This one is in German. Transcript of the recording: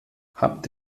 habt